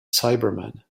cybermen